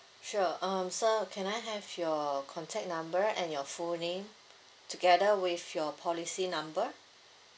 sure um sir can I have your contact number and your full name together with your policy number